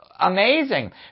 Amazing